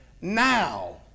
Now